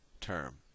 term